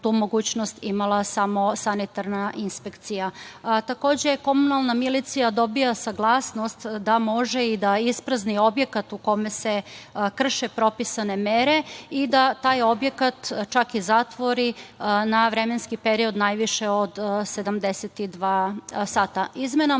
tu mogućnost imala samo sanitarna inspekcija. Takođe, komunalna milicija dobija saglasnost da može i da isprazni objekat u kome se krše propisane mere i da taj objekat čak i zatvori na vremenski period najviše od 72 sata. Izmenama